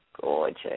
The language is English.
Gorgeous